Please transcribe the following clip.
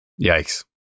Yikes